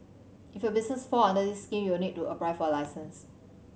if your business fall under this scheme you'll need to apply for a license